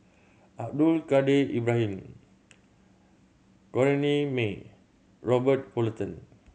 Abdul Kadir Ibrahim Corrinne May Robert Fullerton